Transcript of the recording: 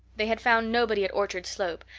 they had found nobody at orchard slope,